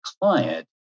client